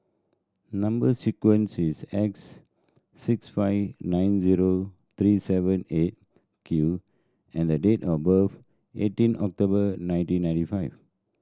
number sequence is S six five nine zero three seven Eight Q and the date of birth eighteen October nineteen ninety five